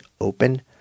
open